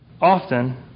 often